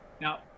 Now